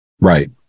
Right